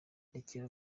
rekera